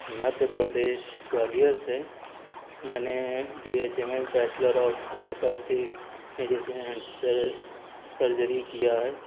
مدھیہ پردیش گوالیر سے میں نے B H M S bachelor of homeopathic medicine and surgery کیا ہے